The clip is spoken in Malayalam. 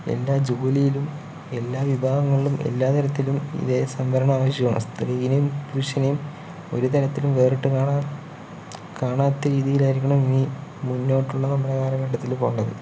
എല്ലാ ജോലിയിലും എല്ലാ വിഭാഗങ്ങളിലും എല്ലാ തരത്തിലും ഇതേ സംവരണം ആവശ്യമാണ് സ്ത്രീയിനേം പുരുഷനേം ഒരുതരത്തിലും വേറിട്ടു കാണാൻ കാണാത്ത രീതിയിലായിരിക്കണം ഇനി മുന്നോട്ടുള്ള നമ്മുടെ കാലഘട്ടത്തില് പോകേണ്ടത്